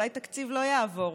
אולי תקציב 2020 לא יעבור